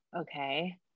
okay